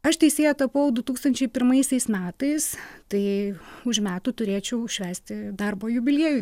aš teisėja tapau du tūkstančiai pirmaisiais metais tai už metų turėčiau švęsti darbo jubiliejų